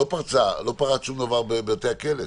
לא פרץ שום דבר בבתי הכלא.